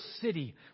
city